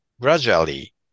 gradually